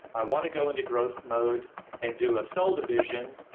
i want to go into growth mode and do a cell division,